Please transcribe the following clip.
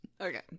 Okay